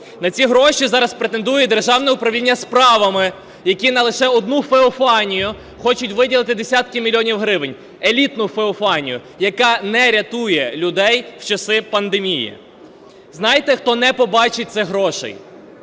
На ці гроші зараз претендує Державне управління справами, які лише на одну "Феофанію" хочуть виділити десятки мільйонів гривень, елітну "Феофанію", яка не рятує людей в часи пандемії. Знаєте, хто не побачить цих грошей?